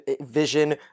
vision